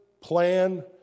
plan